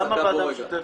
למה ועדה משותפת?